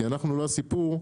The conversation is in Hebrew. כי אנחנו לא הסיפור.